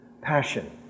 passion